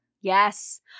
Yes